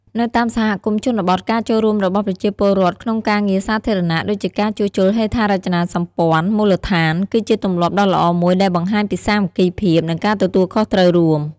នៅតាមសហគមន៍ជនបទ ការចូលរួមរបស់ប្រជាពលរដ្ឋក្នុងការងារសាធារណៈ ដូចជាការជួសជុលហេដ្ឋារចនាសម្ព័ន្ធមូលដ្ឋាន គឺជាទម្លាប់ដ៏ល្អមួយដែលបង្ហាញពីសាមគ្គីភាព និងការទទួលខុសត្រូវរួម។